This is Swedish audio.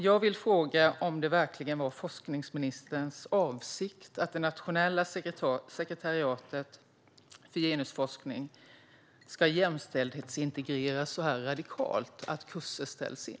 Jag vill fråga om det verkligen var forskningsministerns avsikt att Nationella sekretariatet för genusforskning ska jämställdhetsintegrera så radikalt att kurser ställs in.